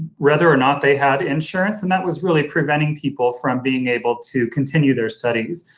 whether or not they had insurance, and that was really preventing people from being able to continue their studies.